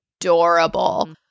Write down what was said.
adorable